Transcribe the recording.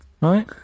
Right